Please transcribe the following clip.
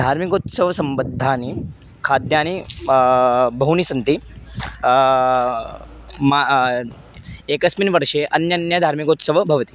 धार्मिकोत्सवसम्बद्धानि खाद्यानि बहूनि सन्ति मा एकस्मिन् वर्षे अन्यन्य धार्मिकोत्सव भवति